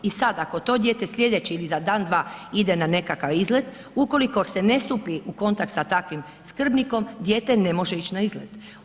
I sad, ako to dijete sljedeći ili za dan, dva ide na nekakav izlet, ukoliko se ne stupi u kontakt sa takvim skrbnikom, dijete ne može ići na izlet.